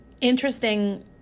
interesting